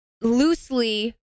loosely